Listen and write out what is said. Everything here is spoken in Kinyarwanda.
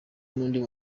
n’undi